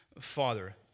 father